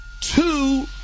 two